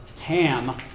Ham